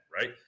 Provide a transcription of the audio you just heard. right